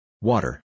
Water